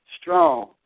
strong